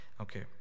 Okay